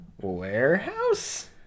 Warehouse